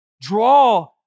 Draw